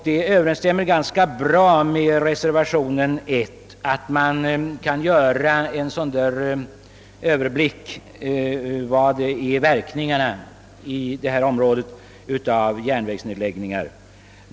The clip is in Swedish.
Det överensstämmer ganska väl med reservation nr 1 att man gör en sådan översikt över följderna av järnvägsnedläggningar.